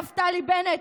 נפתלי בנט,